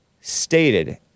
stated